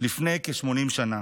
לפני כ-80 שנה,